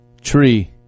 tree